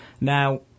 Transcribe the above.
Now